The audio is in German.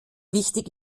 wichtig